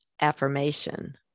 affirmation